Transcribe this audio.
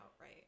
right